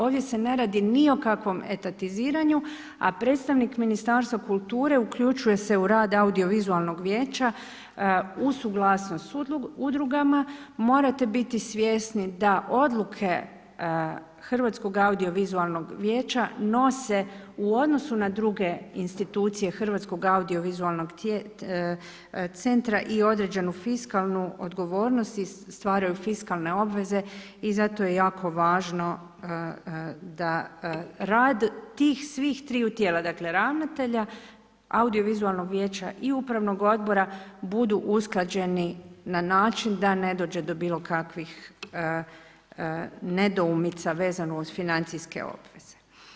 Ovdje se ne radi ni o kakvom etatiziranju, a predstavnik Ministarstva kulture uključuje se u rad audiovizualnog vijeća u suglasnost s udrugama, morate biti svjesni da odluke Hrvatskog audiovizualnog vijeća nose, u odnosu na druge institucije HAVC i određenu fiskalnu odgovornost i stvaraju fiskalne obveze i zato je jako važno da rad tih svih triju tijela, dakle ravnatelja, audiovizualnog vijeća i upravnog odbora budu usklađeni na način da ne dođe do bilo kakvih nedoumica vezano uz financijske obveze.